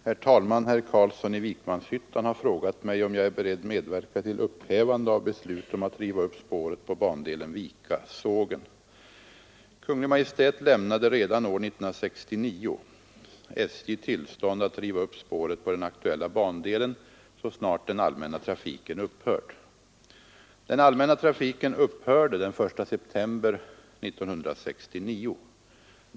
Herr talman! Herr Carlsson i Vikmanshyttan har frågat mig om jag är beredd medverka till upphävande av beslut om att riva upp spåret på bandelen Vika—Sågen. Kungl. Maj:t lämnade redan år 1969 SJ tillstånd att riva upp spåret på den aktuella bandelen så snart den allmänna trafiken upphört. Den allmänna trafiken upphörde den 1 september 1969.